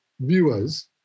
viewers